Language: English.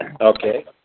Okay